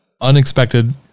unexpected